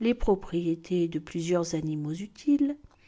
les propriétés de plusieurs animaux utiles